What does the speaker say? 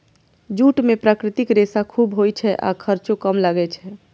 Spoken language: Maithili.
जूट मे प्राकृतिक रेशा खूब होइ छै आ खर्चो कम लागै छै